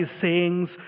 sayings